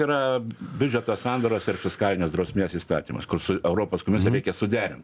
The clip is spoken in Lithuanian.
yra biudžeto sandaros ir fiskalinės drausmės įstatymas kur su europos komisija reikia suderint